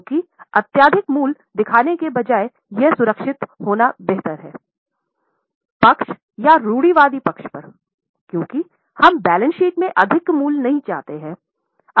क्योंकि अत्यधिक मूल्य दिखाने के बजाय यह सुरक्षित होना बेहतर है पक्ष या रूढ़िवादी पक्ष पर क्योंकि हम बैलेंस शीट में अधिक मूल्य नहीं चाहते हैं